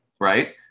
right